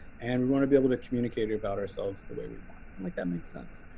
and we want to be able to communicate about ourselves the way we want. i'm like, that makes sense.